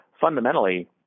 fundamentally